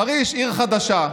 חריש, עיר חדשה,